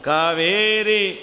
Kaveri